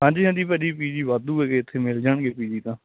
ਹਾਂਜੀ ਹਾਂਜੀ ਭਾਅ ਜੀ ਪੀਜੀ ਵਾਧੂ ਹੈਗੇ ਇਥੇ ਮਿਲ ਜਾਣਗੇ ਪੀ ਜੀ ਤਾਂ